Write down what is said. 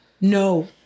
No